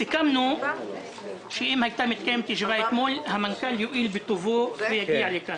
סיכמנו שאם הייתה מתקיימת ישיבה אתמול המנכ"ל יואיל בטובו להגיע לכאן.